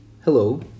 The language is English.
Hello